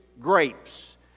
grapes